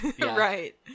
right